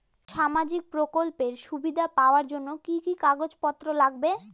সামাজিক প্রকল্পের সুবিধা পাওয়ার জন্য কি কি কাগজ পত্র লাগবে?